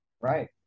Right